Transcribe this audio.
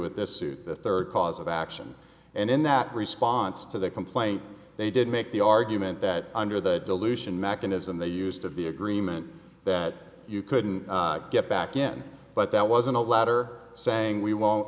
with this suit the third cause of action and in that response to the complaint they did make the argument that under the dilution mechanism they used of the agreement that you couldn't get back in but that wasn't a letter saying we won't